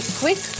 quick